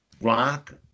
Rock